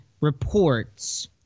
reports